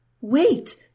Wait